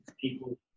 People